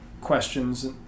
questions